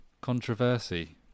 Controversy